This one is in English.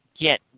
Get